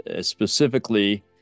specifically